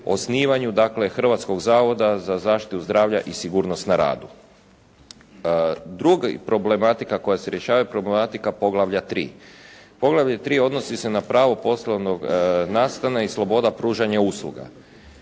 osnivanju, dakle Hrvatskog zavoda za zaštitu zdravlja i sigurnost na radu. Druga problematika koja se rješava je problematika poglavlja 3. Poglavlje 3 odnosi se na pravo poslovnog nastana i sloboda pružanja usluga.